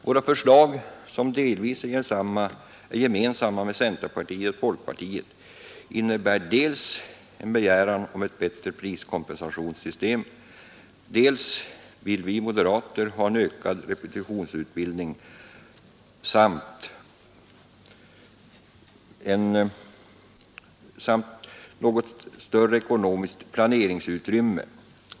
Våra förslag, som delvis är gemensamma med centerpartiet och folkpartiet, innebär bl.a. en begäran om ett bättre priskompensationssystem. Dessutom vill vi moderater ha en ökad repetitionsutbildning samt något större ekonomiskt planeringsutrymme.